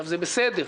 זה בסדר,